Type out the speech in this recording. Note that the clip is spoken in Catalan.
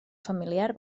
familiar